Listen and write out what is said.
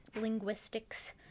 linguistics